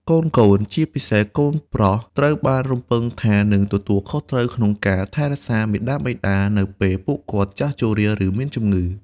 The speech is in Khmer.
កូនៗ ជាពិសេសកូនប្រុស ត្រូវបានរំពឹងថានឹងទទួលខុសត្រូវក្នុងការថែរក្សាមាតាបិតា នៅពេលពួកគាត់ចាស់ជរា ឬមានជំងឺ។